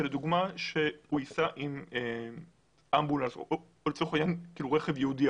אמרנו שהוא ייסע עם אמבולנס או רכב ייעודי